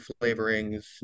flavorings